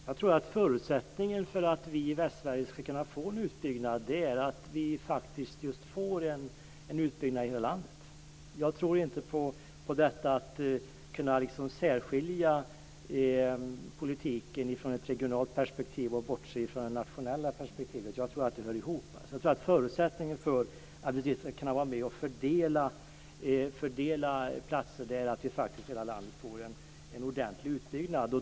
Fru talman! Förutsättningen för att vi i Västsverige skall kunna få en utbyggnad är att vi faktiskt får en utbyggnad i hela landet. Jag tror inte på att särskilja politiken, att se i det regionala perspektivet och bortse från det nationella perspektivet. Jag tror att de hör ihop. Jag tror att förutsättningen för att vi kan vara med och fördela platser är att vi i hela landet får en ordentlig utbyggnad.